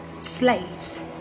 slaves